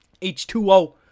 H2O